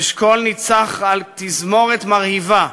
אשכול ניצח על תזמורת מרהיבה,